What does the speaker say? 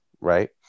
Right